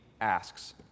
asks